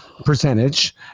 percentage